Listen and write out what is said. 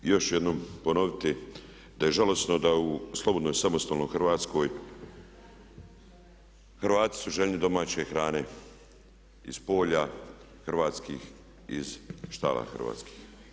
I još ću jednom ponoviti da je žalosno da u slobodnoj samostalnoj Hrvatskoj Hrvati su željni domaće hrane iz polja hrvatskih, iz štala hrvatskih.